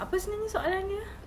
apa sebenarnya soalannya ah